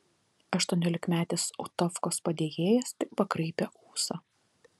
aštuoniolikmetis utovkos padėjėjas tik pakraipė ūsą